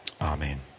Amen